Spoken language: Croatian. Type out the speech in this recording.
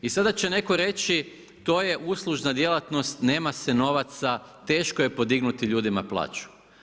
I sada će netko reći to je uslužna djelatnost, nema se novaca, teško je podignuti ljudima plaću.